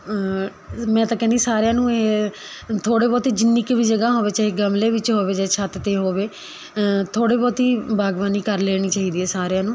ਮੈਂ ਤਾਂ ਕਹਿੰਦੀ ਸਾਰਿਆਂ ਨੂੰ ਇਹ ਥੋੜ੍ਹੇ ਬਹੁਤੇ ਜਿੰਨੀ ਕੁ ਵੀ ਜਗ੍ਹਾ ਹੋਵੇ ਚਾਹੇ ਗਮਲੇ ਵਿੱਚ ਹੋਵੇ ਚਾਹੇ ਛੱਤ 'ਤੇ ਹੋਵੇ ਥੋੜ੍ਹੇ ਬਹੁਤੀ ਬਾਗਬਾਨੀ ਕਰ ਲੈਣੀ ਚਾਹੀਦੀ ਹੈ ਸਾਰਿਆਂ ਨੂੰ